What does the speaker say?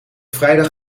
vrijdag